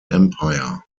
empire